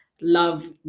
love